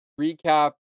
recap